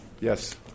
Yes